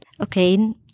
Okay